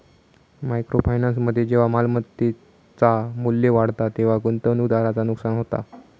micro फायनान्समध्ये जेव्हा मालमत्तेचा मू्ल्य वाढता तेव्हा गुंतवणूकदाराचा नुकसान होता